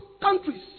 countries